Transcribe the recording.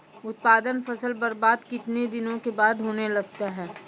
उत्पादन फसल बबार्द कितने दिनों के बाद होने लगता हैं?